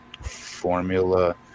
formula